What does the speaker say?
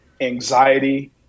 anxiety